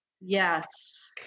Yes